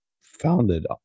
founded